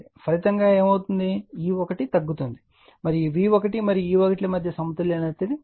ఫలితంగా E1 తగ్గుతుంది మరియు V1 మరియు E1 మధ్య సమతుల్యత ఉండదు